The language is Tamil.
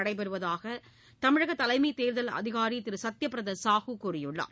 நடைபெறுவதாக தமிழக தலைமைத் தேர்தல் அதிகாரி திரு சத்திய பிரத சாஹூ கூறியுள்ளார்